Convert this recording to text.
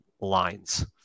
lines